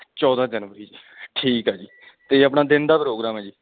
ਚੌਦ੍ਹਾਂ ਜਨਵਰੀ ਠੀਕ ਹੈ ਜੀ ਅਤੇ ਆਪਣਾ ਦਿਨ ਦਾ ਪ੍ਰੋਗਰਾਮ ਹੈ ਜੀ